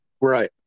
Right